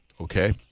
Okay